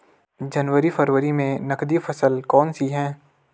जनवरी फरवरी में नकदी फसल कौनसी है?